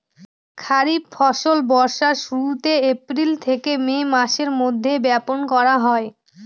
খরিফ ফসল বর্ষার শুরুতে, এপ্রিল থেকে মে মাসের মধ্যে, বপন করা হয়